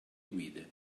guide